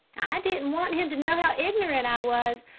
i didn't want him to know how ignorant i was,